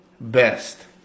best